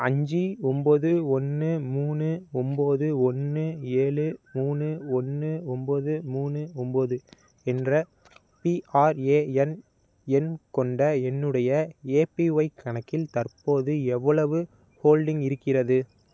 அஞ்சு ஒம்பது ஒன்று மூணு ஒம்பது ஒன்று ஏழு மூணு ஒன்று ஒம்பது மூணு ஒம்பது என்ற பிஆர்ஏஎன் எண் கொண்ட என்னுடைய ஏபிஒய் கணக்கில் தற்போது எவ்வளவு ஹோல்டிங் இருக்கிறது